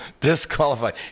Disqualified